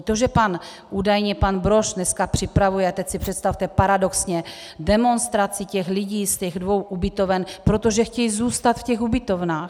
To, že údajně pan Brož dneska připravuje a teď si představte paradoxně demonstraci lidí z těch dvou ubytoven, protože chtějí zůstat v těch ubytovnách...